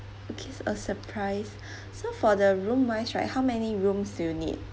okay it's a surprise so for the room wise right how many rooms do you need